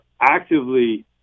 actively